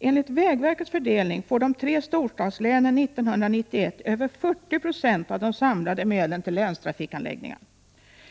Enligt vägverkets fördelning får de tre storstadslänen 1991 över 40 96 av de samlade medlen till länstrafikanläggningar,